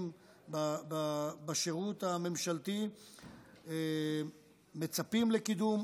בשירות הממשלתי מצפים לקידום.